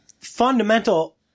fundamental